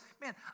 man